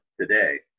today